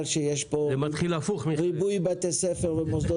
שיש פה ריבוי בתי ספר ומוסדות ציבור'.